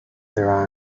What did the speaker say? their